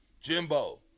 Jimbo